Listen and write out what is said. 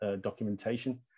documentation